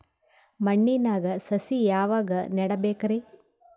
ಮಣ್ಣಿನಾಗ ಸಸಿ ಯಾವಾಗ ನೆಡಬೇಕರಿ?